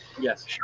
Yes